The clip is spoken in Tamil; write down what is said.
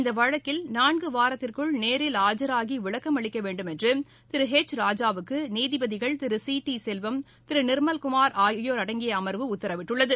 இந்த வழக்கில் நான்கு வாரத்திற்குள் நேரில் ஆஜராகி விளக்கம் அளிக்க வேண்டுமென்று திரு எச் ராஜாவுக்கு நீதிபதிகள் திரு சி டி செல்வம் திரு நிர்மல்குமார் ஆகியோர் அடங்கி அமர்வு உத்தரவிட்டுள்ளது